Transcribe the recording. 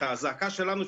את הזעקה שלנו,